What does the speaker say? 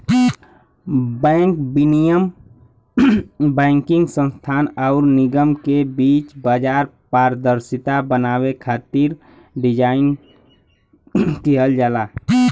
bank विनियम banking संस्थान आउर निगम के बीच बाजार पारदर्शिता बनावे खातिर डिज़ाइन किहल जाला